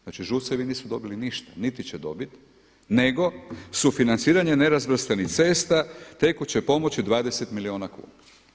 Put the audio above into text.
Znači ŽUC-evi nisu dobili ništa, niti će dobiti nego sufinanciranje nerazvrstanih cesta tekuće pomoći 20 milijuna kuna.